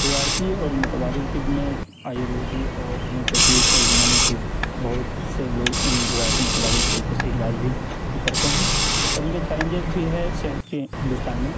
روایتی اور متبادل طب میں آیورویدی اور ہومیوپیتھیز اور یونانی طب بہت سے لوگ ان روایتی متبادل طریقے سے علاج بھی کرتے ہیں اور ان کے چیلنجز بھی ہے صحت کے ہندوستان میں